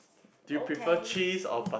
okay